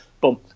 boom